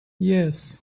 yes